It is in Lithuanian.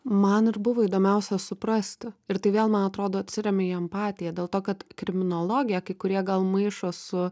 man ir buvo įdomiausia suprasti ir tai vėl man atrodo atsiremia į empatiją dėl to kad kriminologiją kai kurie gal maišo su